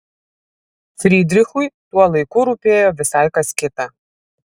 frydrichui tuo laiku rūpėjo visai kas kita